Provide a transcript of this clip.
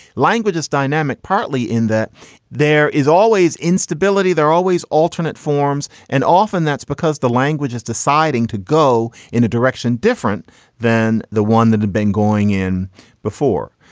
language is dynamic partly in that there is always instability, there always alternate forms, and often that's because the language is deciding to go in a direction different than the one that had been going in before.